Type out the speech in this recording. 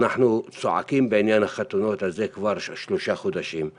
אנחנו צועקים בעניין החתונות כבר שלושה חודשים,